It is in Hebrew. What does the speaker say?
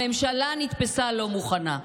הממשלה נתפסה לא מוכנה,